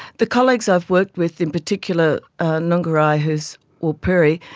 the colleagues i've worked with, in particular nungarrayi who is warlpiri,